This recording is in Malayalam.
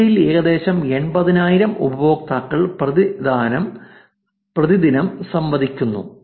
ആഴ്ചയിൽ ഏകദേശം 80000 ഉപയോക്താക്കൾ പ്രതിദിനം സംവദിക്കുന്നു